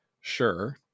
Sure